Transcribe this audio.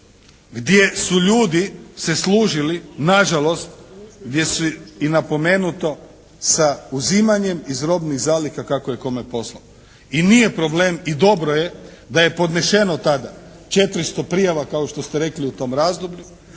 Gdje su ljudi se služili nažalost, gdje su i napomenuto sa uzimanjem iz robnih zaliha kako je kome … /Govornik se ne razumije./ … I nije problem i dobro je da je podnešeno tada 400 prijava kao što ste rekli u tom razdoblju.